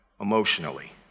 emotionally